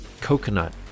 coconut